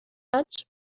much